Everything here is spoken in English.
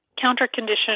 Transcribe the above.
counter-condition